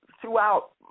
throughout